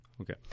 Okay